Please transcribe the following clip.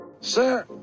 sir